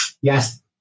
Yes